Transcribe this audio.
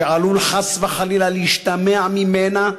שעלול חס וחלילה להשתמע ממנה,